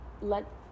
let